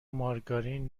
مارگارین